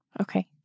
Okay